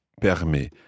permet